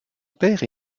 père